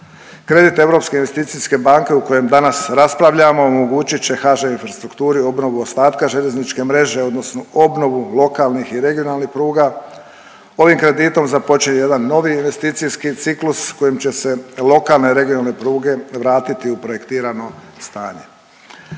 Kredit Europske investicijske banke o kojem danas raspravljamo omogućit će HŽ Infrastrukturi obnovu ostatka željezničke mreže odnosno obnovu lokalnih i regionalnih pruga. Ovim kreditom započinje jedan novi investicijski ciklus kojim će se lokalne i regionalne pruge vratiti u projektirano stanje.